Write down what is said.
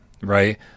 right